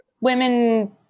women